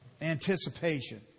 anticipation